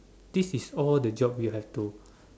these is all the job you have to